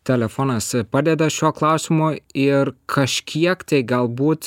telefonas padeda šio klausimu ir kažkiek tai galbūt